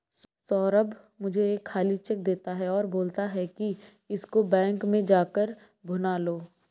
सौरभ मुझे एक खाली चेक देता है और बोलता है कि इसको बैंक में जा कर भुना लो